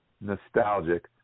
nostalgic